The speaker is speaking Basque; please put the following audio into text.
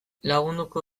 lagunduko